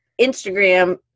Instagram